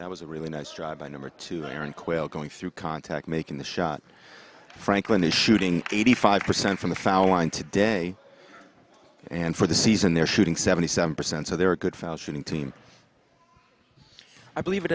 that was a really nice drive by number two aaron quayle going through contact making the shot franklin is shooting eighty five percent from the foul line today and for the season they're shooting seventy seven percent so they're a good fashion team i believe it